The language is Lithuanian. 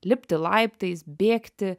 lipti laiptais bėgti